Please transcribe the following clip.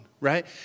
right